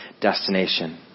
destination